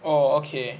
oh okay